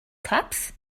cops